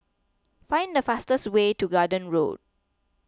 find the fastest way to Garden Road